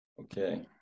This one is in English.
Okay